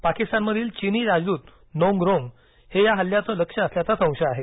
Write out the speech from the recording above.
पाकिस्तानमधील चिनी राजदूत नोंग रोंग हे या हल्ल्याचं लक्ष्य असल्याचा संशय आहे